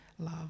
love